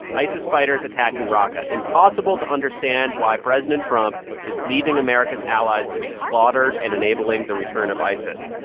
isis fighters attacking raqqa. impossible to understand why president trump is leaving america's allies to be slaughtered and enabling the return of isis.